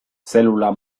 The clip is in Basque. zelula